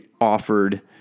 offered